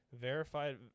Verified